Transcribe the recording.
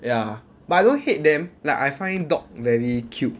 ya but I don't hate them like I find dog very cute